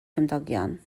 cymdogion